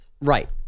right